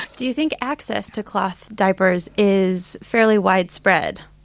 do you think access to cloth diapers is fairly widespread?